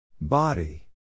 Body